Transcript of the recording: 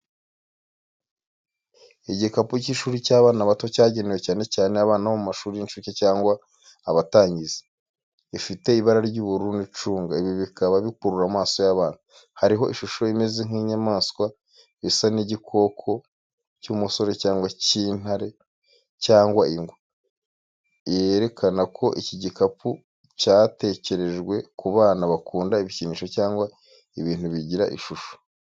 Igikapu cy’ishuri cy’abana bato, cyagenewe cyane cyane abana bo mu mashuri y’incuke cyangwa abatangizi. Ifite ibara ry'ubururu n’icunga, ibi bikaba bikurura amaso y’abana. Hariho ishusho imeze nk’iy’inyamaswa bisa n'igikoko cy’umusore cyangwa nk’intare cyangwa ingwe, yerekana ko iki gikapu cyatekerejwe ku bana bakunda ibikinisho cyangwa ibintu bigira ishusho.